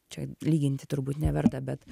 čia lyginti turbūt neverta bet